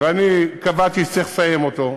ואני קבעתי שצריך לסיים אותו,